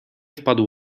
wpadł